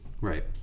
right